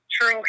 true